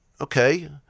okay